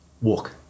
Walk